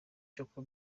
coco